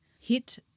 hit